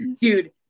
dude